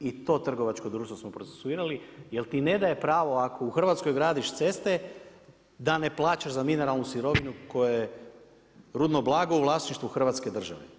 I to trgovačko društvo smo procesuirali, jer ti ne daje pravo ako u Hrvatskoj gradiš ceste da ne plaćaš za mineralnu sirovinu koja je rudno blago u vlasništvu Hrvatske države.